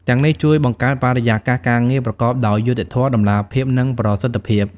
ទាំងនេះជួយបង្កើតបរិយាកាសការងារប្រកបដោយយុត្តិធម៌ តម្លាភាព និងប្រសិទ្ធភាព។